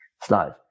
slide